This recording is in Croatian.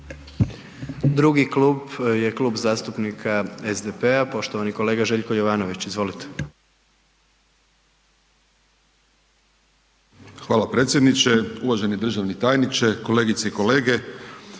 Drugi klub je Klub zastupnika SDP-a, poštovani kolega Željko Jovanović, izvolite. **Jovanović, Željko (SDP)** Hvala predsjedniče, uvaženi državni tajniče, kolegice i kolege.